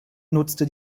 nutzte